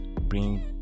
bring